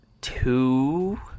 two